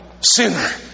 sinner